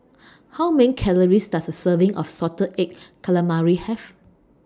How Many Calories Does A Serving of Salted Egg Calamari Have